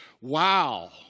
Wow